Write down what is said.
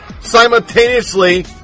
simultaneously